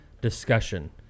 discussion